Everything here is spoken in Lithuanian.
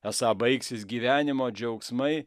esą baigsis gyvenimo džiaugsmai